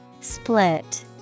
Split